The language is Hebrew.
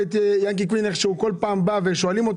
את ינקי קוינט איך כל פעם הוא בא ושואלים אותו